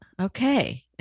okay